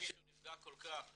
אם מישהו נפגע כל כך,